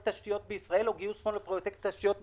תשתיות בישראל או גיוס הון לפרוייקטי תשתיות בישראל,